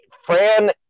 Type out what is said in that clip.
Fran